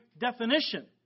definition